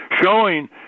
showing